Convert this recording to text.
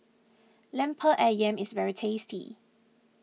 Lemper Ayam is very tasty